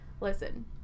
Listen